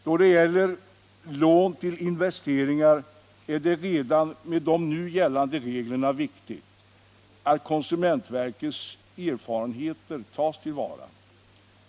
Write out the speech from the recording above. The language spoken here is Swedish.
Då det gäller lån till investeringar är det redan med de nu gällande reglerna viktigt att konsumentverkets erfarenheter tas till vara.